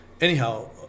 Anyhow